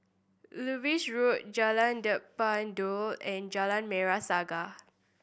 Lewis Road Jalan Daun and Jalan Merah Saga